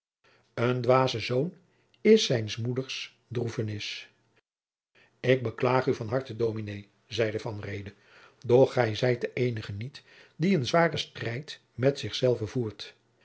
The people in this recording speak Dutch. een dwaze zoon is zijns moeders droefenis ik beklaag u van harte dominé zeide van reede doch gij zijt de eenige niet die een zwaren strijd met zich zelven voert